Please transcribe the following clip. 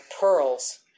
pearls